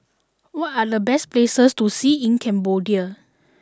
what are the best places to see in Cambodia